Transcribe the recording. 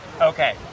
Okay